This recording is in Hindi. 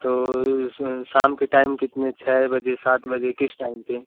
तो शाम के टाइम कितने छः बजे सात बजे किस टाइम पर